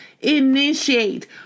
Initiate